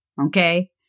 Okay